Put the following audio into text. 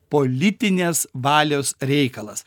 politinės valios reikalas